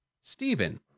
Stephen